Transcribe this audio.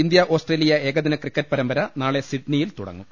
India Australia ഏകദിന cricket പരമ്പര നാളെ സിഡ്നിയിൽ തുടങ്ങും